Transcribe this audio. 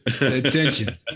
Attention